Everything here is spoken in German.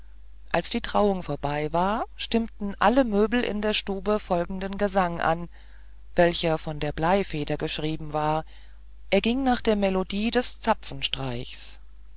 als die trauung vorbei war stimmten alle möbel in der stube folgenden gesang an welcher von der bleifeder geschrieben war er ging nach der melodie des zapfenstreichs